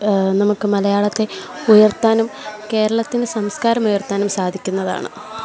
നമുക്ക് മലയാളത്തെ ഉയർത്താനും കേരളത്തിൻ്റെ സംസ്കാരം ഉയർത്താനും സാധിക്കുന്നതാണ്